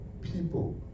people